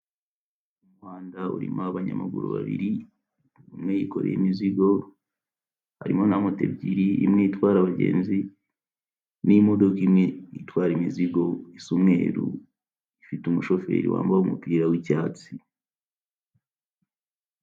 Umuhanda urimo abanyamaguru babiri, umwe yikoreye imizigo, harimo na moto ebyiri imwe itwara abagenzi n'imodoka imwe itwara imizigo isa umweru ifite umushoferi wambaye umupira w'icyatsi.